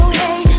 hey